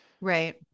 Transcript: right